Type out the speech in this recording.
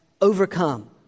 overcome